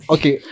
Okay